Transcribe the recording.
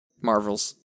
marvels